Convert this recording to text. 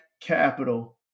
capital